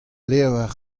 levr